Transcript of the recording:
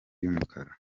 y’umukara